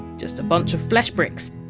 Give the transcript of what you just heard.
just a bunch of flesh-bricks!